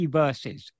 verses